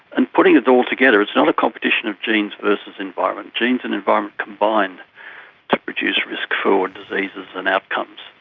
and putting it all together, it's not a competition of genes versus environment, genes and environment combined to produce risk for diseases and outcomes.